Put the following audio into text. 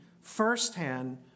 firsthand